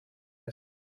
ist